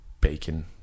bacon